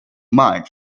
mind